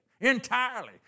entirely